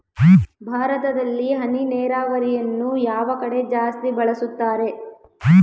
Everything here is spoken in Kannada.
ಭಾರತದಲ್ಲಿ ಹನಿ ನೇರಾವರಿಯನ್ನು ಯಾವ ಕಡೆ ಜಾಸ್ತಿ ಬಳಸುತ್ತಾರೆ?